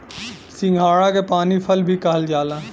सिंघाड़ा के पानी फल भी कहल जाला